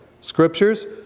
Scriptures